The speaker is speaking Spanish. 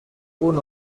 una